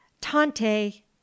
tante